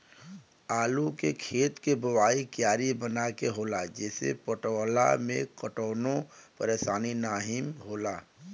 आलू के खेत के बोवाइ क्यारी बनाई के होला जेसे पटवला में कवनो परेशानी नाहीम होला